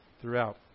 throughout